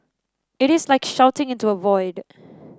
it is like shouting into a void